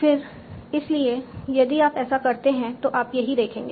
फिर इसलिए यदि आप ऐसा करते रहते हैं तो आप यही देखेंगे